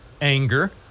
anger